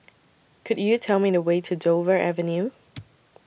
Could YOU Tell Me The Way to Dover Avenue